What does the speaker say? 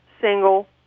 single